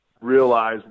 realize